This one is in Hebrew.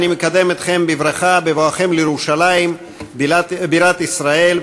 אני מקדם אתכם בברכה בבואכם לירושלים בירת ישראל,